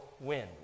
win